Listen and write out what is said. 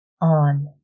on